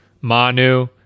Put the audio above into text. Manu